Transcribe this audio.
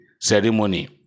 ceremony